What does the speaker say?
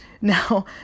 Now